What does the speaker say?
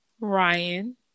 Ryan